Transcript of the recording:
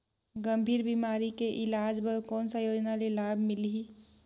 गंभीर बीमारी के इलाज बर कौन सा योजना ले लाभ मिलही?